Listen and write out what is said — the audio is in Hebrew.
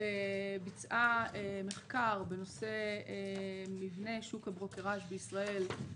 ביצעה מחקר בנושא מבנה שוק הברוקראז' בישראל.